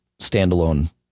standalone